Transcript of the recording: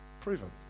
proven